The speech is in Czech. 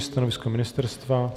Stanovisko ministerstva?